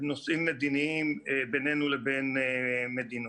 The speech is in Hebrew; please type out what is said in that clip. נושאים מדיניים בינינו לבין מדינות.